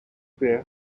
there